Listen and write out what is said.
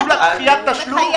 כולה דחיית תשלום.